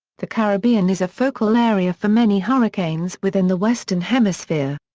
the caribbean is a focal area for many hurricanes within the western hemisphere.